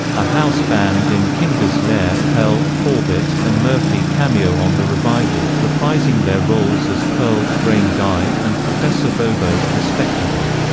a house band in kinga's lair pehl, corbett, and murphy cameo on the revival, reprising their roles as pearl, brain guy, and professor bobo, respectively.